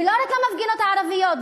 ולא רק המפגינות הערביות,